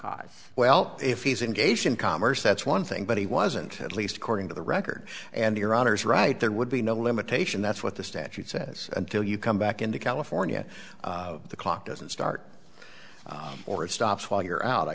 clause well if he's engaged in commerce that's one thing but he wasn't at least according to the record and your honour's right there would be no limitation that's what the statute says until you come back into california the clock doesn't start or stops while you're out i